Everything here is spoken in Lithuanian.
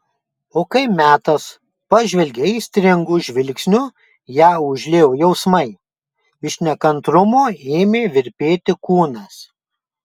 o kai metas pažvelgė aistringu žvilgsniu ją užliejo jausmai iš nekantrumo ėmė virpėti kūnas